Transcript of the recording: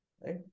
right